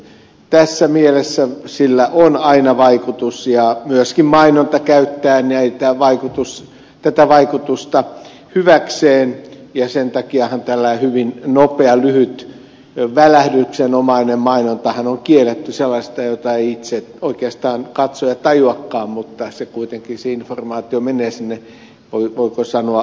tässä mielessä sillä on aina vaikutus ja mainonta myöskin käyttää tätä vaikutusta hyväkseen ja sen takiahan tällainen hyvin nopea lyhyt välähdyksenomainen mainonta on kielletty sellainen jota ei oikeastaan katsoja itse tajuakaan mutta kuitenkin se informaatio menee sinne voiko sanoa alitajuntaan